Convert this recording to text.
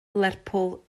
lerpwl